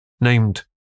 Named